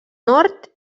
nord